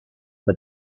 but